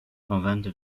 använder